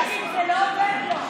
זה לא עובד לו,